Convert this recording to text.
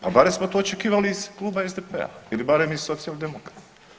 Pa barem smo to očekivali iz Kluba SDP-a ili barem iz Socijaldemokrata.